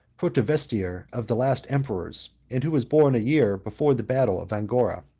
protovestiare of the last emperors, and who was born a year before the battle of angora.